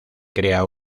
crea